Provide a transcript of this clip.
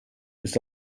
ist